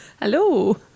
Hello